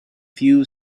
few